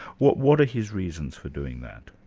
what what are his reasons for doing that?